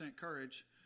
courage